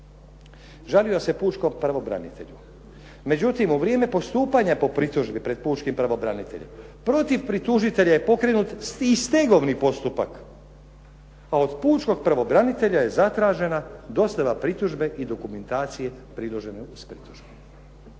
Žalio se pučkom pravobranitelju. Međutim, u vrijeme postupanja po pritužbi pred pučkim pravobraniteljem protiv pritužitelja je pokrenut i stegovni postupak, a od pučkog pravobranitelja je zatražena dostava pritužbe i dokumentacije priložene uz pritužbu.